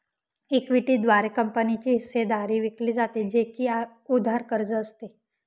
equity द्वारे कंपनीची हिस्सेदारी विकली जाते, जे की उधार कर्ज असते